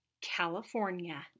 California